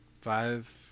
five